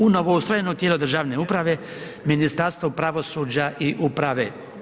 U novo ostvareno tijelo državne uprave, Ministarstvo pravosuđa i uprave.